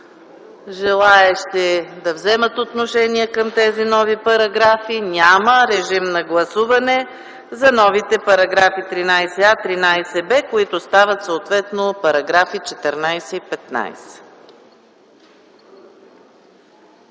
желаещи да вземат отношение по тези нови параграфи? Няма. Моля, гласувайте новите параграфи 13а и 13б, които стават съответно параграфи 14 и 15.